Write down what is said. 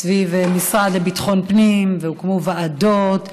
וסביב המשרד לביטחון פנים, והוקמו ועדות.